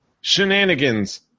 shenanigans